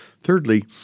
Thirdly